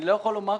אני לא יכול לומר,